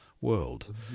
world